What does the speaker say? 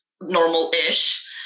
normal-ish